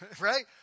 Right